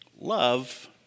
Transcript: love